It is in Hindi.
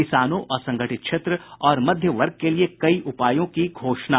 किसानों असंगठित क्षेत्र और मध्य वर्ग के लिए कई उपायों की घोषणा